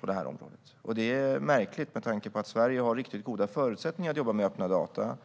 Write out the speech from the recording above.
på detta område. Det är märkligt med tanke på att Sverige har riktigt goda förutsättningar att jobba med öppna data.